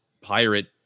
pirate